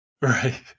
right